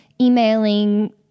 emailing